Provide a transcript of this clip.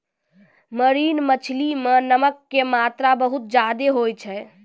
marine मछली मॅ नमक के मात्रा बहुत ज्यादे होय छै